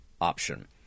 option